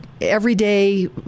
Everyday